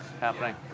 happening